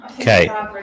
Okay